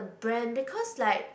brand because like